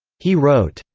he wrote.